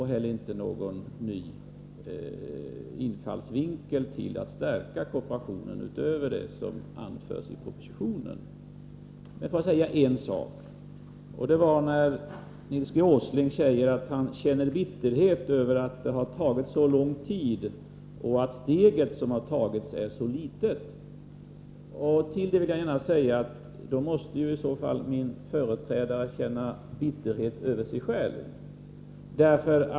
Inte heller tog herr Åsling upp någon ny infallsvinkel — som inte finns med i propositionen — för att stärka kooperationen. Låt mig säga en sak. Nils G. Åsling sade att han känner bitterhet över att det har tagit så lång tid och att steget är så litet. Min företrädare måste i så fall känna bitterhet över sig själv.